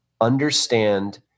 Understand